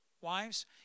wives